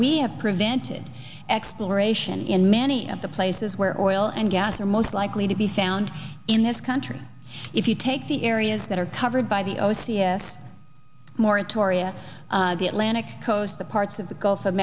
we have prevented exploration in many of the places where oil and gas are most likely to be found in this country if you take the areas that are covered by the o c s moratoria the atlantic coast the parts of the gulf of